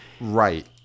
Right